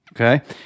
Okay